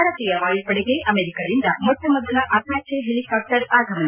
ಭಾರತೀಯ ವಾಯುಪಡೆಗೆ ಅಮೆರಿಕದಿಂದ ಮೊಟ್ಟಮೊದಲ ಅಪಾಜೆ ಹೆಲಿಕಾಪ್ಲರ್ ಆಗಮನ